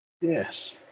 Yes